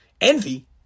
Envy